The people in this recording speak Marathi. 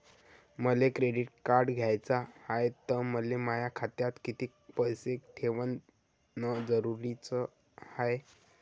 मले क्रेडिट कार्ड घ्याचं हाय, त मले माया खात्यात कितीक पैसे ठेवणं जरुरीच हाय?